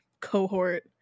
cohort